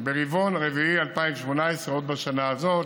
ברבעון הרביעי של 2018, עוד בשנה הזאת.